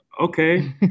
Okay